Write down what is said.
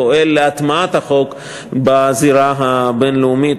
פועל להטמעת החוק בזירה הבין-לאומית,